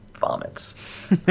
vomits